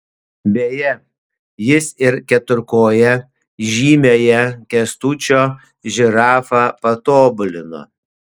beje jis ir keturkoję žymiąją kęstučio žirafą patobulino